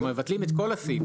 כלומר מבטלים את כל הסעיף.